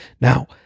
Now